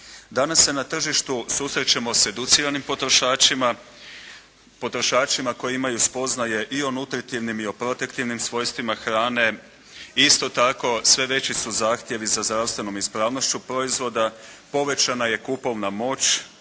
Danas se na tržištu susrećemo s educiranim potrošačima, potrošačima koji imaju spoznaje i o nutritivnim i o protektivnim svojstvima hrane i isto tako sve veći su zahtjevi za zdravstvenom ispravnošću proizvoda. Povećana je kupovna moć